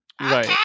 Right